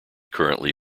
currently